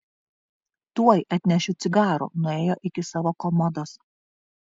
tuoj atnešiu cigarų nuėjo iki savo komodos